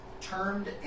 termed